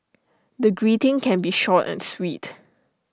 the greeting can be short and sweet